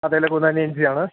അതെയല്ലോ ഏജെൻസിയാണ്